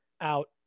out